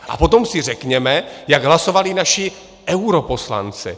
A potom si řekněme, jak hlasovali naši europoslanci.